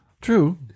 True